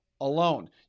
alone